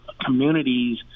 communities